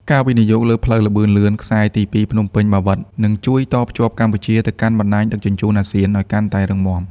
ការវិនិយោគលើផ្លូវល្បឿនលឿនខ្សែទីពីរ ភ្នំពេញ-បាវិត នឹងជួយតភ្ជាប់កម្ពុជាទៅកាន់បណ្ដាញដឹកជញ្ជូនអាស៊ានឱ្យកាន់តែរឹងមាំ។